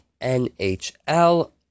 NHL